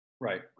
Right